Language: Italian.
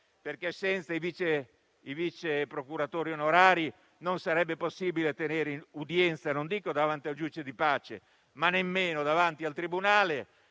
Senza i vice procuratori onorari non sarebbe possibile tenere udienza, e non dico davanti al giudice di pace, ma nemmeno davanti al tribunale;